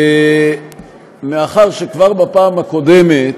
וכבר בפעם הקודמת